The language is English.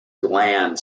gland